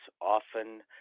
often